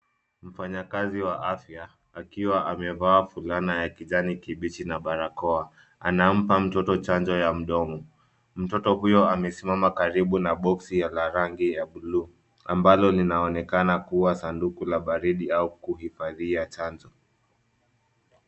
Mfanyakazi wa afya akiwa amevaa fulana ya kijani kibichi na barakoa, anampa mtoto chanjo ya mdomo. Mtoto huyo amesimama karibu na boxi la rangi buluu ambalo linaonekana kuwa sanduku la baridi au kuhifadhia chanjo.